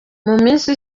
minsi